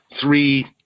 three